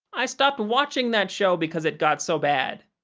i stopped watching that show because it got so bad.